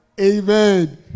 Amen